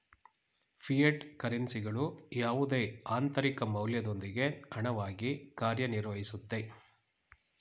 fiat ಕರೆನ್ಸಿಗಳು ಯಾವುದೇ ಆಂತರಿಕ ಮೌಲ್ಯದೊಂದಿಗೆ ಹಣವಾಗಿ ಕಾರ್ಯನಿರ್ವಹಿಸುತ್ತೆ